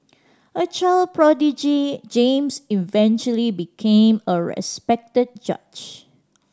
a child prodigy James eventually became a respected judge